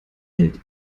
hält